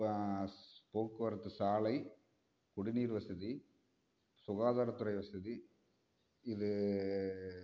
போக்குவரத்து சாலை குடிநீர் வசதி சுகாதாரத்துறை வசதி இது